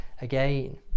again